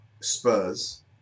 Spurs